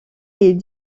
est